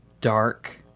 dark